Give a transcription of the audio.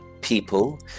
people